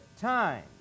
time